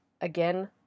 Again